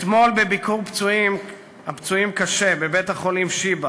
אתמול בביקור של פצועים קשה בבית-החולים שיבא